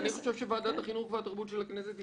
אני חושב שוועדת החינוך והתרבות של הכנסת היא